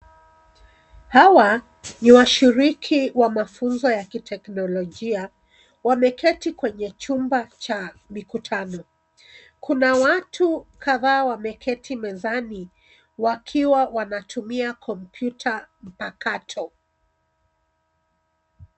Hawa ni washiriki wa mafunzo ya kiteknolojia, wameketi kwenye chumba cha mikutano. Kuna watu kadhaa wameketi mezani wakiwa wanatumia kompyuta mpakato.